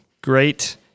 Great